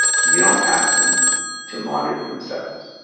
you don't ask them to monitor themselves.